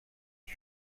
ich